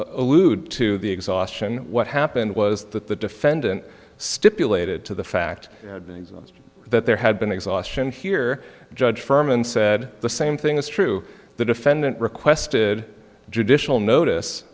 allude to the exhaustion what happened was that the defendant stipulated to the fact that there had been exhaustion here judge firman said the same thing is true the defendant requested judicial notice